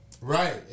Right